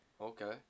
Okay